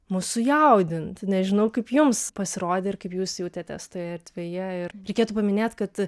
mus sujaudint nežinau kaip jums pasirodė ir kaip jūs jautėtės toj erdvėje ir reikėtų paminėt kad